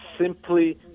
simply